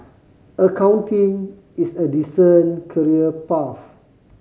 accounting is a decent career path